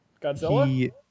Godzilla